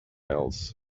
else